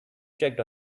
checked